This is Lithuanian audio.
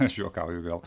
aš juokauju gal